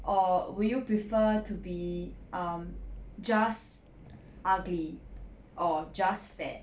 or would you prefer to be um just ugly or just fat